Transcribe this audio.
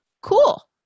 Cool